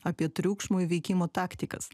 apie triukšmo įveikimo taktikas